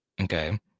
okay